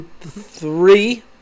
Three